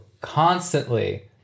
constantly